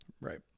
right